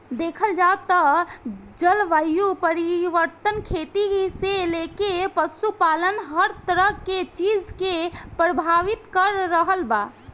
देखल जाव त जलवायु परिवर्तन खेती से लेके पशुपालन हर तरह के चीज के प्रभावित कर रहल बा